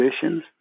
positions